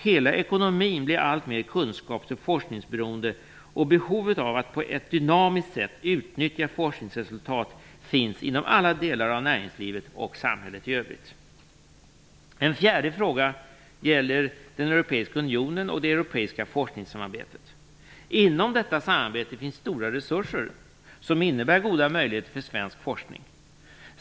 Hela ekonomin blir alltmer kunskaps och forskningsberoende, och behovet av att på ett dynamiskt sätt utnyttja forskningsresultat finns inom alla delar av näringslivet och samhället i övrigt. En fjärde fråga gäller den europeiska unionen och det europeiska forskningssamarbetet. Inom detta samarbete finns stora resurser, som innebär goda möjligheter för svensk forskning.